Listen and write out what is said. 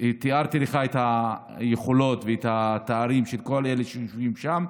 תיארתי לך את היכולות ואת התארים של כל אלה שיושבים שם.